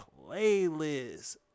playlist